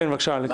בבקשה, אלכס.